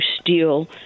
steal